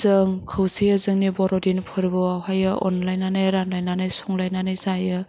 जों खौसेयै जोंनि बर'दिन फोरबोआवहायो अनलायनानै रानलायनानै संलायनानै जायो